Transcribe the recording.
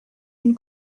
une